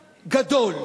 גדול.